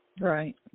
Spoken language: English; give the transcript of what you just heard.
Right